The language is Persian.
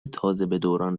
دوران